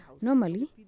Normally